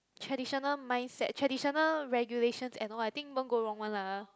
traditional mindset traditional regulations and all I think won't go wrong one lah